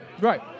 Right